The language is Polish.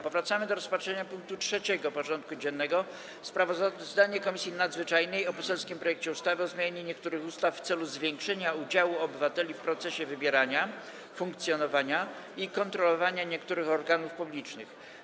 Powracamy do rozpatrzenia punktu 3. porządku dziennego: Sprawozdanie Komisji Nadzwyczajnej o poselskim projekcie ustawy o zmianie niektórych ustaw w celu zwiększenia udziału obywateli w procesie wybierania, funkcjonowania i kontrolowania niektórych organów publicznych.